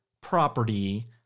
property